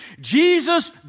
Jesus